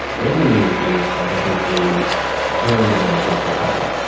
rate limiting is like i think a very, very difficult problem,